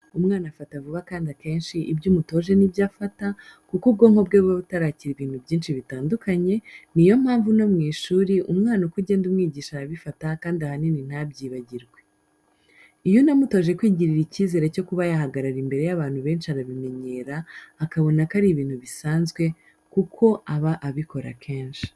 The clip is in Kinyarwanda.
Umwana afata vuba kandi akenshi ibyo umutoza ni byo afata, kuko ubwonko bwe buba butarakira ibintu byinshi bitandukanye, niyo mpamvu no mu ishuri umwana uko ugenda umwigisha arabifata kandi ahanini ntabyibagirwe. Iyo unamutoje kwigirira icyizere cyo kuba yahagarara imbere y'abantu benshi arabimenyera, akabona ko ari ibintu bisanzwe kuko aba abikora kenshi